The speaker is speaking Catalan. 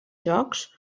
jocs